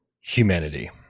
humanity